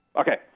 Okay